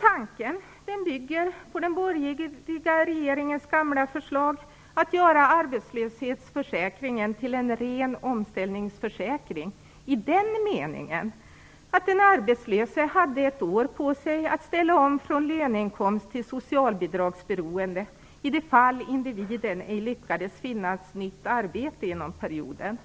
Tanken bygger på den borgerliga regeringens gamla förslag att göra arbetslöshetsförsäkringen till en ren omställningsförsäkring, i den meningen att den arbetslöse hade ett år på sig att ställa om från löneinkomst till socialbidragsberoende i de fall individen ej lyckades finna nytt arbete inom perioden.